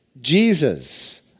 Jesus